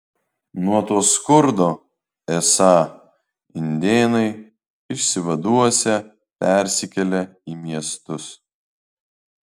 nuo to skurdo esą indėnai išsivaduosią persikėlę į miestus